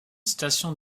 station